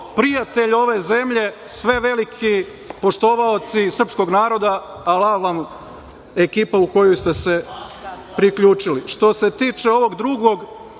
prijatelj ove zemlje, sve veliki poštovaoci srpskog naroda, alal vam ekipa kojoj ste se priključili. Što se tiče ovog drugog,